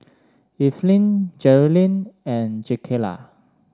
Eveline Jerrilyn and Jakayla